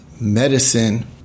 medicine